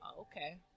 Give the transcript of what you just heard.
okay